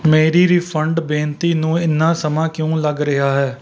ਮੇਰੀ ਰਿਫੰਡ ਬੇਨਤੀ ਨੂੰ ਇੰਨਾ ਸਮਾਂ ਕਿਉਂ ਲੱਗ ਰਿਹਾ ਹੈ